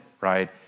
right